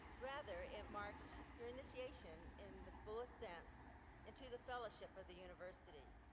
rather it marks your initiation in the fullest sense into the fellowship of the university